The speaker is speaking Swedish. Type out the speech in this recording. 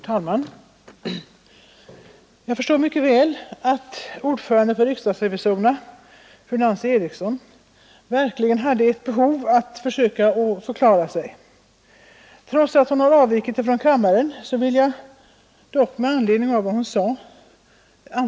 Herr talman! Jag förstår mycket väl att ordföranden för riksdagsrevisorerna, fru Nancy Eriksson, verkligen hade ett behov av att försöka förklara sig. Trots att hon har avvikit från kammaren, vill jag anföra något med anledning av vad hon sade.